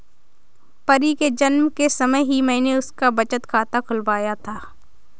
परी के जन्म के समय ही मैने उसका बचत खाता खुलवाया था